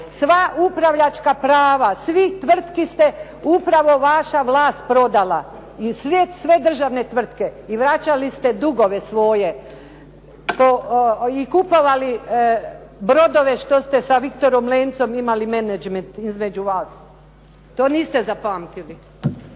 Sva upravljačka prava, svih tvrtki ste, upravo vaša vlast prodala. I sve državne tvrtke i vraćali ste dugove svoje i kupovali brodove što ste sa Viktorom Lencem imali menadžment između vas. To niste zapamtili.